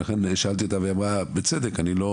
ולכן שאלתי אותה והיא אמרה בצדק - אני לא